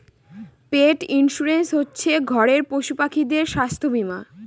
পেট insurance হচ্ছে ঘরের পশুপাখিদের স্বাস্থ্য বীমা